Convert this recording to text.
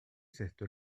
cette